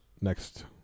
next